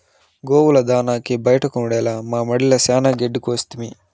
గోవుల దానికి బైట కొనుడేల మామడిల చానా గెడ్డి కోసితిమి